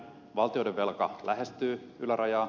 valtioiden velka lähestyy ylärajaa